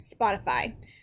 Spotify